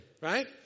right